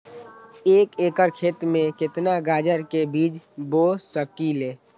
एक एकर खेत में केतना गाजर के बीज बो सकीं ले?